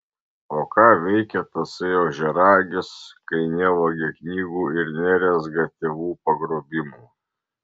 o ką veikia tasai ožiaragis kai nevagia knygų ir nerezga tėvų pagrobimų